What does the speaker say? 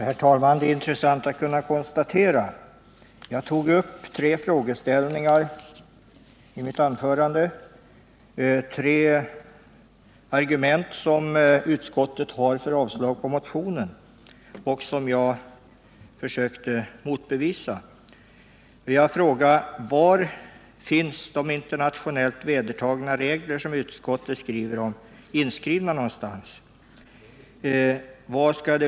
| Herr talman! Jag tog i mitt tidigare anförande upp tre argument som utskottet har anfört för avslag på motionen och som jag försökte motbevisa. Jag har frågat: Var finns de internationellt vedertagna regler inskrivna som utskottet talar om?